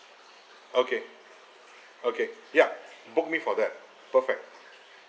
okay okay ya book me for that perfect